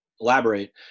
Elaborate